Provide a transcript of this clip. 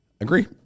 agree